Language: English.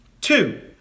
Two